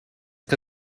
que